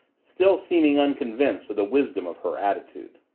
still seeming unconvinced of the wisdom of her attitude.